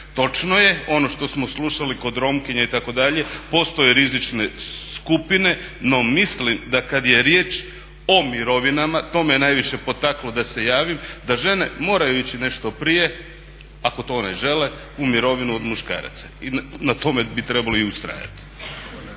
Točno je, ono što smo slušali kod Romkinja itd., postoje rizične skupine. No mislim da kada je riječ o mirovinama, to me je najviše potaklo da se javim, da žene moraju ići nešto prije, ako to one žele, u mirovinu od muškaraca. I na tome bi trebalo i ustrajati.